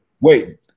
Wait